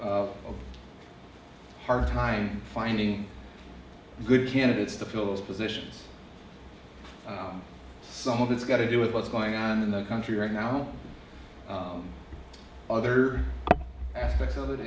a hard time finding good candidates to fill those positions some of it's got to do with what's going on in the country right now other aspects of it